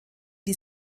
die